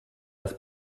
das